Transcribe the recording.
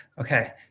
okay